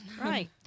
Right